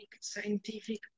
scientific